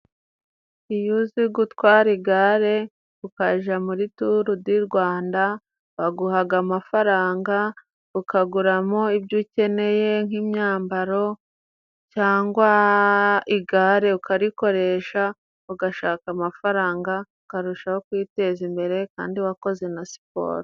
Iyo uzi gutwara igare ukaja muri turudirwanda, baguhaga amafaranga ukaguramo ibyo ukeneye nk'imyambaro cyangwa igare ukarikoresha ugashaka amafaranga ukarushaho kwiteza imbere kandi wakoze na siporo.